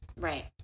Right